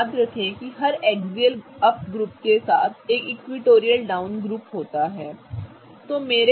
अब याद रखें कि हर एक्सियल अप ग्रुप के साथ एक इक्विटोरियल डाउन ग्रुप होता है राइट